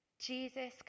Jesus